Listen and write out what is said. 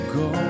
go